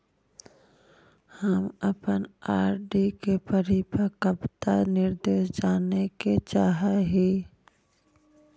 हम अपन आर.डी के परिपक्वता निर्देश जाने के चाह ही